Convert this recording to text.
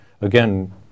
again